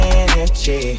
energy